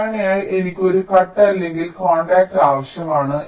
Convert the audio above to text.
സാധാരണയായി എനിക്ക് ഒരു കട്ട് അല്ലെങ്കിൽ കോൺടാക്റ്റ് ആവശ്യമാണ്